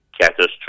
catastrophe